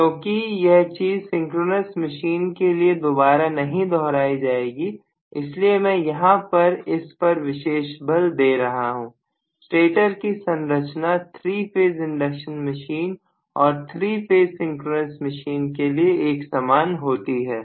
क्योंकि यह चीज सिंक्रोनस मशीन के लिए दोबारा नहीं दोहराई जाएगी इसीलिए मैं यहां पर इस पर विशेष बल दे रहा हूं स्टेटर की संरचना थ्री फेज इंडक्शन मशीन और थ्री फेज सिंक्रोनस मशीन के लिए एक समान होती है